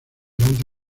lanza